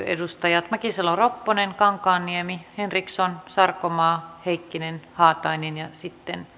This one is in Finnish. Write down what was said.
edustajat mäkisalo ropponen kankaanniemi henriksson sarkomaa heikkinen haatainen sitten